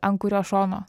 ant kurio šono užmigti